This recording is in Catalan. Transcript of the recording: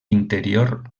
interior